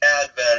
advent